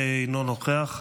אינו נוכח,